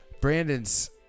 Brandon's